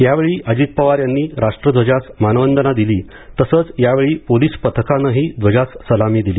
यावेळी अजित पवार यांनी राष्ट्रध्वजास मानवंदना दिली तसंच यावेळी पोलीस पथकानंही ध्वजास सलामी दिली